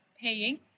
paying